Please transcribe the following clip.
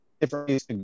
different